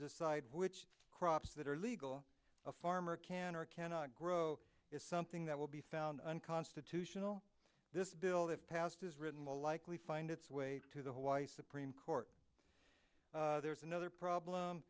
decide which crops that are legal a farmer can or cannot grow is something that will be found unconstitutional this bill that passed as written will likely find its way to the hawaii supreme court there's another problem